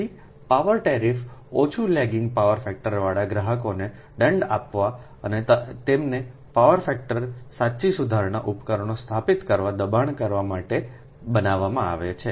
તેથી power tariff ઓછી lagging power ફેક્ટરવાળા ગ્રાહકોને દંડ આપવા અને તેમને પાવર ફેક્ટર સાચી સુધારણા ઉપકરણો સ્થાપિત કરવા દબાણ કરવા માટે બનાવવામાં આવે છે